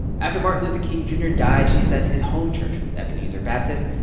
after martin luther king jr. died, she says his home church, ebenezer baptist,